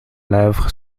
lèvres